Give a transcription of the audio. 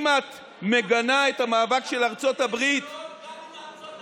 אנחנו נגד הטרור גם אם ארצות הברית עושה אותו.